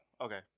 Okay